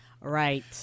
right